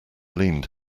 leaned